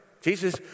Jesus